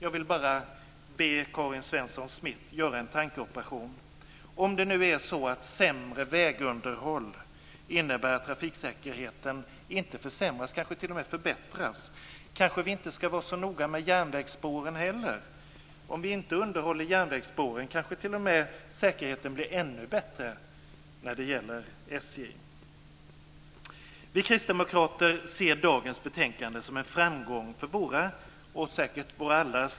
Jag vill bara be Karin Svensson Smith göra en tankeoperation.